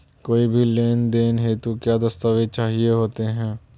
कोई भी लोन हेतु क्या दस्तावेज़ चाहिए होते हैं?